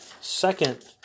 second